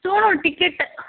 ଶୁଣୁ ଟିକେଟ୍ଟା